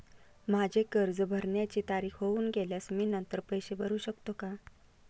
माझे कर्ज भरण्याची तारीख होऊन गेल्यास मी नंतर पैसे भरू शकतो का?